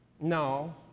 No